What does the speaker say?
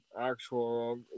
actual